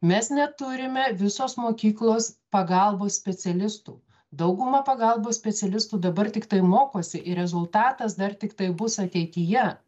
mes neturime visos mokyklos pagalbos specialistų dauguma pagalbos specialistų dabar tiktai mokosi ir rezultatas dar tiktai bus ateityje